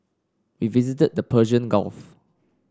we visited the Persian Gulf